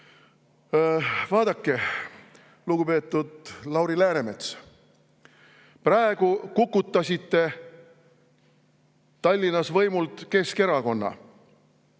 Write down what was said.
Vaadake, lugupeetud Lauri Läänemets, praegu te kukutasite Tallinnas võimult Keskerakonna